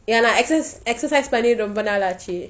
ya lah exer~ exercise பன்னி ரோம்ப நாளாச்சு:panni romba naalachu